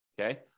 Okay